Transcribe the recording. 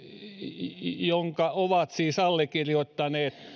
jonka ovat siis allekirjoittaneet